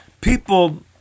people